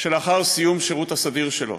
שלאחר סיום השירות הסדיר שלו.